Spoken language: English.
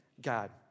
God